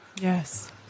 yes